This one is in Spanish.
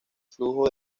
flujo